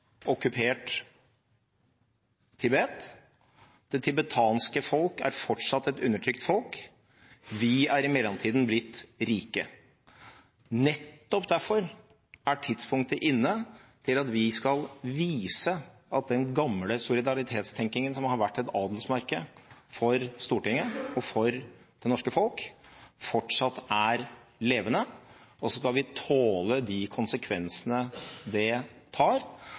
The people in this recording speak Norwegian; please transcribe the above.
okkupert Tibet. Det tibetanske folk er fortsatt et undertrykt folk. Vi er i mellomtiden blitt rike. Nettopp derfor er tidspunktet inne til at vi skal vise at den gamle solidaritetstenkingen som har vært et adelsmerke for Stortinget og for det norske folk, fortsatt er levende. Så skal vi tåle de konsekvensene det